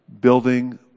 building